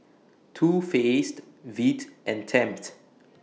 Too Faced Veet and Tempt